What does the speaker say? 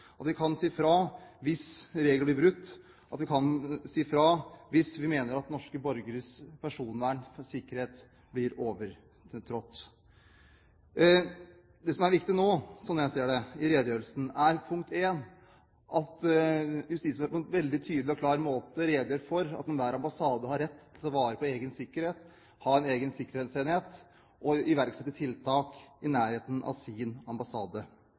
at vi kan si fra hvis regler blir brutt, og at vi kan si fra hvis vi mener at grensen når det gjelder norske borgeres personvern og sikkerhet, blir overtrådt. Det som er viktig i redegjørelsen – slik jeg ser det – er at justisministeren på en veldig tydelig og klar måte redegjør for at enhver ambassade har rett til å ta vare på egen sikkerhet, ha en egen sikkerhetsenhet og iverksette tiltak i nærheten av sin ambassade.